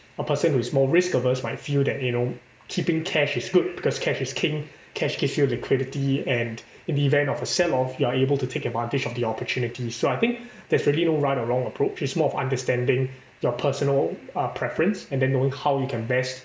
a person who is more risk averse might feel that you know keeping cash is good because cash is king cash gives you liquidity and in the event of a sell off you're able to take advantage of the opportunity so I think there's really no right or wrong approach it's more of understanding your personal uh preference and then knowing how you can best